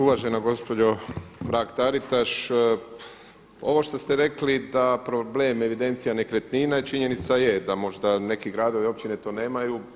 Uvažena gospođo Mrak Taritaš, ovo što ste rekli da problem evidencija nekretnina i činjenica je da možda neki gradovi i općine to nemaju.